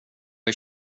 jag